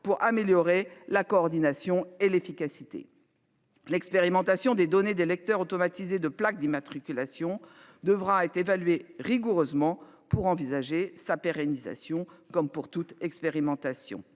pour améliorer la coordination et l'efficacité. L'expérimentation des données des Lecteurs automatisés de plaques d'immatriculation devra être évaluée rigoureusement pour envisager sa pérennisation. Comme pour toute expérimentation